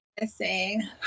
Missing